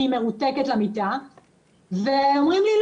כי היא מרותקת למיטה ואומרים לי,